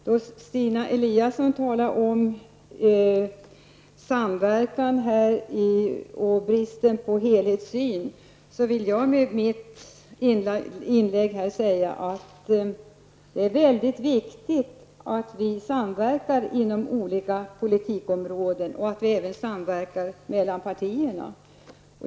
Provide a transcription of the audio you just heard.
Då Stina Eliasson talade om samverkan och brist på helhetssyn, vill jag med mitt enda inlägg nu säga att det är väldigt viktigt att vi samverkar inom olika politikområden och att vi även samverkar mellan partierna.